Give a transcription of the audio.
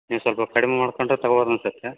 ನೀವು ಸ್ವಲ್ಪ ಕಡಿಮೆ ಮಾಡಿಕೊಂಡ್ರೆ ತಗೊಬೋದು ಅನ್ಸುತ್ತೆ